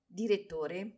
direttore